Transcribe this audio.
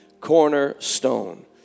cornerstone